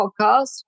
podcast